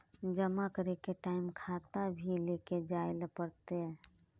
जमा करे के टाइम खाता भी लेके जाइल पड़ते?